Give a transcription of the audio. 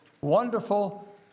wonderful